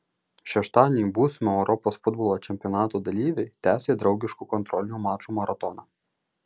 šeštadienį būsimo europos futbolo čempionato dalyviai tęsė draugiškų kontrolinių mačų maratoną